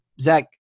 Zach